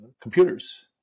computers